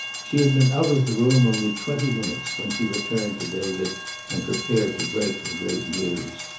she had been out of the room only twenty minutes when she returned to david and prepared to break her great news.